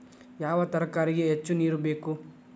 ಯಾವ ತರಕಾರಿಗೆ ಹೆಚ್ಚು ನೇರು ಬೇಕು?